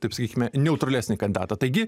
taip sakykime neutralesnį kandidatą taigi